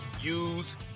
use